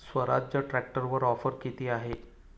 स्वराज्य ट्रॅक्टरवर ऑफर किती आहे?